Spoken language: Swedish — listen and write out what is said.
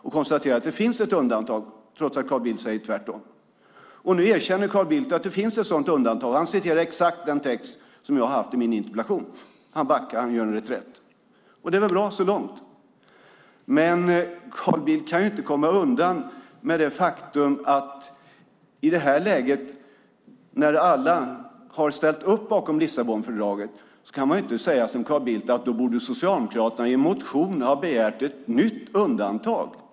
Jag konstaterar att det finns ett undantag, trots att Carl Bildt säger tvärtom. Nu erkänner Carl Bildt att det finns ett sådant undantag. Han citerar exakt den text jag har haft i min interpellation. Han backar och gör en reträtt. Det är väl bra så långt, men i detta läge när alla har ställt upp bakom Lissabonfördraget kan man inte som Carl Bildt säga att Socialdemokraterna i en motion borde ha begärt ett nytt undantag.